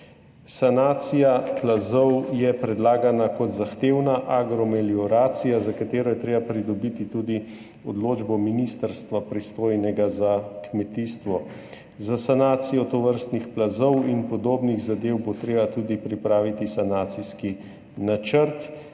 Sanacija plazov je predlagana kot zahtevna agromelioracija, za katero je treba pridobiti tudi odločbo ministrstva, pristojnega za kmetijstvo. Za sanacijo tovrstnih plazov in podobnih zadev bo treba tudi pripraviti sanacijski načrt,